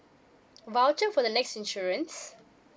voucher for the next insurance